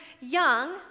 young